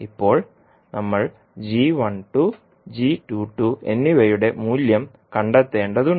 ഇപ്പോൾ നമ്മൾ എന്നിവയുടെ മൂല്യം കണ്ടെത്തേണ്ടതുണ്ട്